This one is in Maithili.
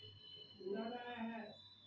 मालजालक पैखानाक खाद सेहो बनि रहल छै